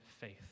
faith